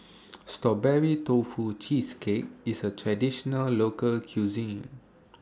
Strawberry Tofu Cheesecake IS A Traditional Local Cuisine